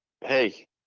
Hey